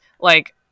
like-